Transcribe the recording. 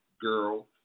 girl